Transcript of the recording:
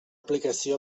aplicació